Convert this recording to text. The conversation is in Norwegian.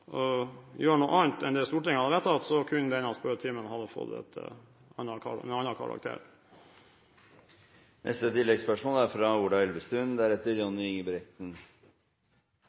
gjøre noe annet enn det Stortinget hadde vedtatt, kunne denne spørretimen fått en annen karakter. Ola Elvestuen – til oppfølgingsspørsmål. Her er